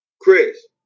Chris